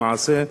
למעשה,